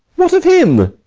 what of him?